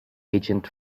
agent